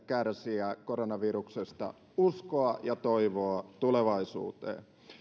kärsijä koronaviruksesta uskoa ja toivoa tulevaisuuteen